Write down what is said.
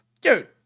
dude